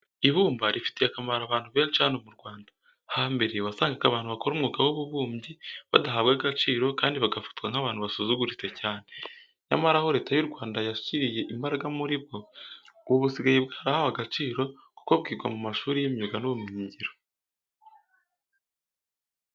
Ibumba rifitiye akamaro abantu benshi hano mu Rwanda. Hambere, wasangaga abantu bakora umwuga w'ububumbyi badahabwa agaciro kandi bagafatwa nk'abantu basuzuguritse cyane. Nyamara, aho Leta y'u Rwanda yashyiriye imbaraga muri bwo, ubu busigaye bwarahawe agaciro kuko bwigwa mu mashuri y'imyuga n'ubumenyingiro.